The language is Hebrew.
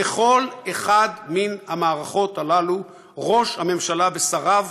בכל אחת מן המערכות הללו ראש הממשלה ושריו